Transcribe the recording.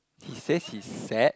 he says he's sad